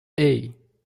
hey